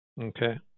Okay